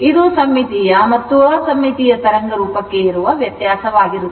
ಇದು ಸಮ್ಮಿತೀಯ ಮತ್ತು ಅಸಮ್ಮಿತೀಯ ತರಂಗ ರೂಪಕ್ಕೆ ಇರುವ ವ್ಯತ್ಯಾಸವಾಗಿರುತ್ತದೆ